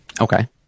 Okay